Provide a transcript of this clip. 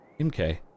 MK